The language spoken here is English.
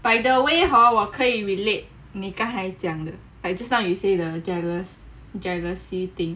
by the way hor 我可以 relate 你刚才还讲的 like just now you say the jealous jealousy thing